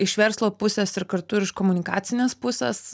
iš verslo pusės ir kartu ir iš komunikacinės pusės